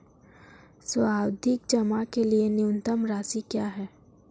सावधि जमा के लिए न्यूनतम राशि क्या है?